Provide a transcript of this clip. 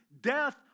death